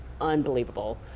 unbelievable